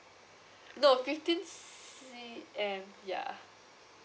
no pretty fifteen C_M ya